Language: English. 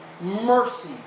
mercy